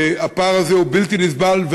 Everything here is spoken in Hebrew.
הפער הזה הוא בלתי נסבל.